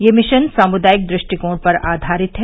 यह मिशन सामुदायिक दृष्टिकोण पर आधारित है